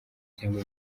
cyangwa